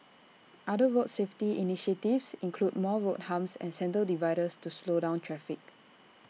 other road safety initiatives include more road humps and centre dividers to slow down traffic